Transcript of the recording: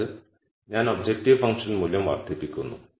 അതായത് ഞാൻ objective function മൂല്യം വർദ്ധിപ്പിക്കുന്നു